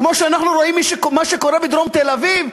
כמו שאנחנו רואים מה שקורה בדרום תל-אביב,